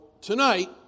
tonight